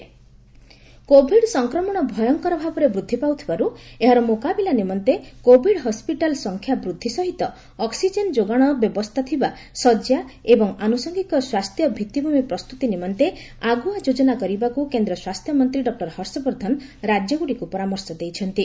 Harshvardhan Covid hospital Covid ସଂକ୍ରମଣ ଭୟଙ୍କର ଭାବରେ ବୃଦ୍ଧି ପାଉଥିବାରୁ ଏହାର ମୁକାବିଲା ନିମନ୍ତେ କୋଭିଡ ହସ୍ପିଟାଲ ସଂଖ୍ୟା ବୃଦ୍ଧି ସହିତ ଅକ୍ନିଜେନ ଯୋଗାଣ ବ୍ୟବସ୍ଥା ଥିବା ଶଯ୍ୟା ଏବଂ ଆନୁଷଙ୍ଗିକ ସ୍ପାସ୍ଥ୍ୟ ଭିଭିଭ୍ବମି ପ୍ରସ୍ତୁତି ନିମନ୍ତେ ଆଗୁଆ ଯୋଜନା କରିବାକୁ କେନ୍ଦ୍ର ସ୍ୱାସ୍ଥ୍ୟମନ୍ତ୍ରୀ ଡକ୍ଟର ହର୍ଷବର୍ଦ୍ଧନ ରାଜ୍ୟଗୁଡିକୁ ପରାମର୍ଶ ଦେଇଛନ୍ତି